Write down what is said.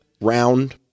round